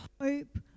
hope